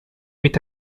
with